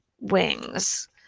wings